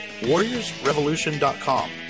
warriorsrevolution.com